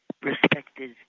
respected